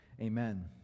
Amen